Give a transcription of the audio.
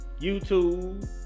youtube